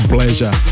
pleasure